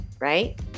right